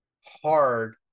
hard